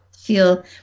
Feel